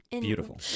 Beautiful